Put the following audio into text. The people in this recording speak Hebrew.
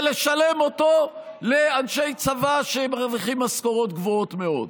ולשלם אותו לאנשי צבא שמרוויחים משכורות גבוהות מאוד.